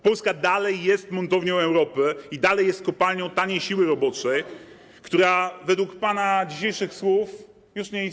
Polska dalej jest montownią Europy i dalej jest kopalnią taniej siły roboczej, która według pana dzisiejszych słów już nie istnieje.